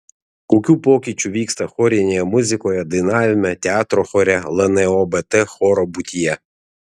kokių pokyčių vyksta chorinėje muzikoje dainavime teatro chore lnobt choro būtyje